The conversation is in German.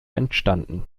entstanden